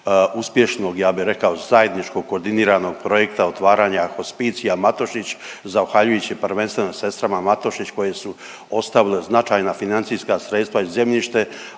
uspješnog ja bi rekao zajedničko koordiniranog projekta otvaranja hospicija Matošić zahvaljujući prvenstveno sestrama Matošić koje su ostavile značajna financijska sredstva i zemljište,